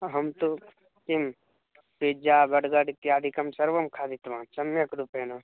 अहं तु किं पिज्जा बर्गर् इत्यादिकं सर्वं खादितवान् सम्यक् रूपेण